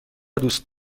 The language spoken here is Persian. دوست